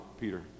Peter